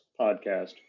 podcast